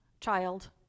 child